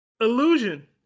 illusion